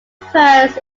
first